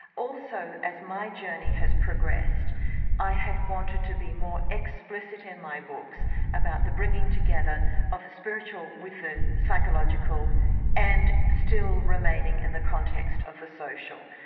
also as my journey has progressed i have wanted to be more explicit in my books about the bringing together of the spiritual with the psychological and still remaining in the context of the social.